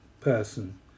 person